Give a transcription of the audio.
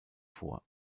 vor